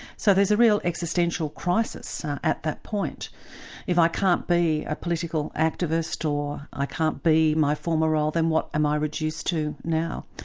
so there's a real existential crisis at that point if i can't be a political activist or i can't be my former role then what am i reduced to now?